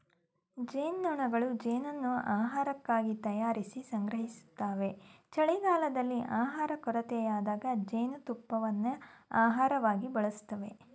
ಜೇನ್ನೊಣಗಳು ಜೇನನ್ನು ಆಹಾರಕ್ಕಾಗಿ ತಯಾರಿಸಿ ಸಂಗ್ರಹಿಸ್ತವೆ ಚಳಿಗಾಲದಲ್ಲಿ ಆಹಾರ ಕೊರತೆಯಾದಾಗ ಜೇನುತುಪ್ಪನ ಆಹಾರವಾಗಿ ಬಳಸ್ತವೆ